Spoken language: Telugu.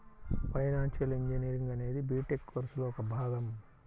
ఫైనాన్షియల్ ఇంజనీరింగ్ అనేది బిటెక్ కోర్సులో ఒక భాగం